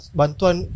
bantuan